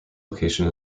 location